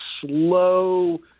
slow